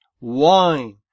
wine